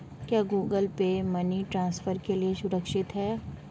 क्या Google Pay money transfer के लिए सुरक्षित है?